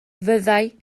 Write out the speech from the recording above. fyddai